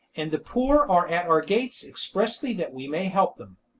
and the poor are at our gates expressly that we may help them.